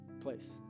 place